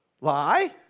Lie